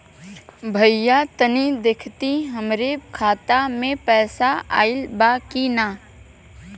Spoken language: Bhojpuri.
भईया तनि देखती हमरे खाता मे पैसा आईल बा की ना?